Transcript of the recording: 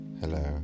Hello